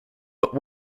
but